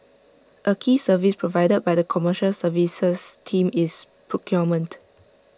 A key service provided by the commercial services team is procurement